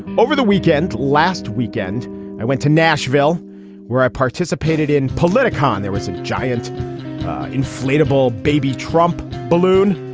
over the weekend last weekend i went to nashville where i participated in political. and there was a giant inflatable baby trump balloon.